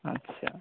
আচ্ছা